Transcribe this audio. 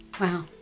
wow